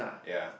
ya